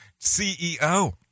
CEO